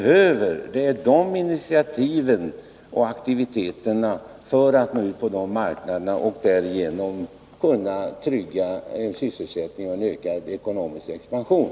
Vad som behövs är initiativ och aktivitet för att nå ut på dessa marknader och därigenom kunna trygga sysselsättning och ekonomisk expansion.